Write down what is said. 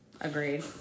Agreed